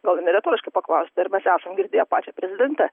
gal ir ne retoriškai paklausti ar mes esam girdėję pačią prezidentę